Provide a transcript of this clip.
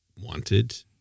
wanted